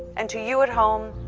and to you at home.